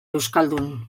euskaldun